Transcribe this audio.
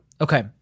Okay